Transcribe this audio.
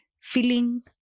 feeling